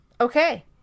Okay